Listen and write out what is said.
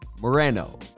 Moreno